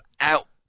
out